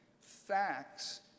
facts